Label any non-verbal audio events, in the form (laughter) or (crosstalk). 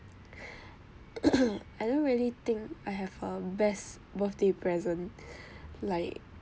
(breath) (coughs) I don't really think I have a best birthday present like